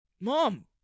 Mom